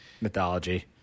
mythology